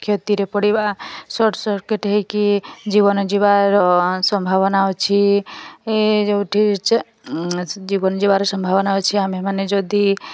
କ୍ଷତିରେ ପଡ଼ିବା short circuit ହୋଇକି ଜୀବନ ଯିବାର ସମ୍ଭାବନା ଅଛି ଏ ଯେଉଁଠି ଜୀବନ ଯିବାର ସମ୍ଭାବନା ଅଛି ଆମ୍ଭେମାନେ ଯଦି